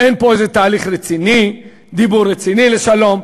אין פה איזה תהליך רציני, דיבור רציני לשלום.